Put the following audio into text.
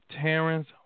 Terrence